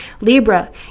Libra